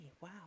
wow